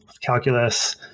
calculus